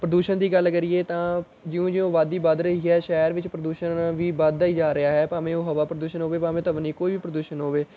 ਪ੍ਰਦੂਸ਼ਣ ਦੀ ਗੱਲ ਕਰੀਏ ਤਾਂ ਜਿਉਂ ਜਿਉਂ ਆਬਾਦੀ ਵਧ ਰਹੀ ਹੈ ਸ਼ਹਿਰ ਵਿੱਚ ਪ੍ਰਦੂਸ਼ਣ ਵੀ ਵੱਧਦਾ ਹੀ ਜਾ ਰਿਹਾ ਹੈ ਭਾਵੇਂ ਉਹ ਹਵਾ ਪ੍ਰਦੂਸ਼ਣ ਹੋਵੇ ਭਾਵੇਂ ਧਵਨੀ ਕੋਈ ਵੀ ਪ੍ਰਦੂਸ਼ਣ ਹੋਵੇ